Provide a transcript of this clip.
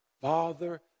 Father